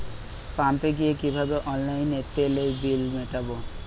পাম্পে গিয়ে কিভাবে অনলাইনে তেলের বিল মিটাব?